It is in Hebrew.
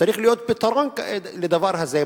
שצריך להיות פתרון לדבר הזה.